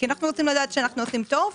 כי אנחנו רוצים לדעת שאנחנו עושים טוב.